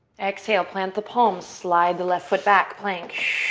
exhale, plant the palms, slide the left foot back, plank.